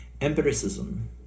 empiricism